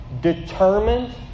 determined